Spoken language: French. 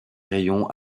rayons